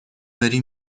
بری